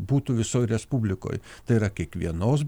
būtų visoj respublikoj tai yra kiekvienos